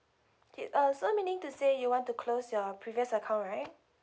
okay uh so meaning to say you want to close your previous account right